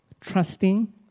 trusting